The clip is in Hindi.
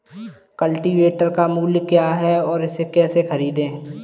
कल्टीवेटर का मूल्य क्या है और इसे कैसे खरीदें?